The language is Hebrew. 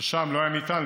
שם לא היה ניתן,